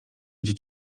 gdzie